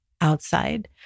outside